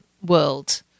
world